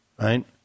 Right